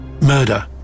Murder